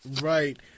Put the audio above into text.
Right